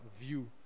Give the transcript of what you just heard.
view